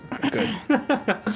Good